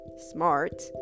smart